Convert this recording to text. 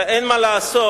ואין מה לעשות,